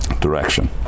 direction